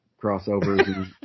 crossovers